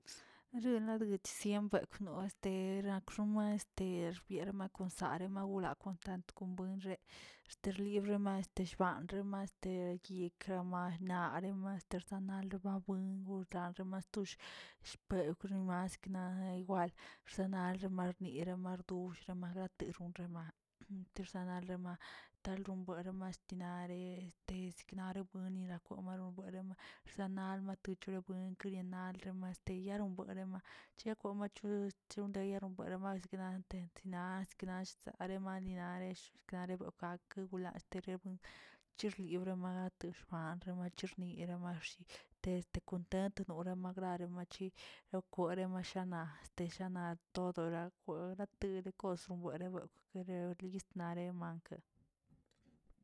Ro ladgot siembekw no este rakxoma este bierama kon sarema wla kon tant buenxe este libxama tehba xbaə ma este yikramə anarema tersanel bam buen gordare ma tosh xpekrema skna igual zenal rma erma dush lema de ronxema tersenale matalbuen rorema tinare este te sinare buen ra kwere bana were sanar matocho fenkeneral este yaron buerema chiyakw machu chindayeronma seknatenzi naꞌ sikna asare naninare xkanare bekak yubulan stere chirliurama yixban nichere nieremarshi test kontent ora magrarema wkore mashan a este shana odora kwe ke dekkosromo de bekwꞌke yo list nare ankə.